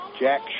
Jack